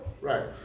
Right